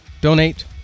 donate